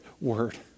word